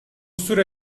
süre